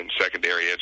secondary